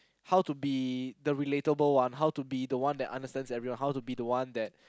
how to be the relatable one how to be the one that understands everyone how to be the one that